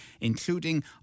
including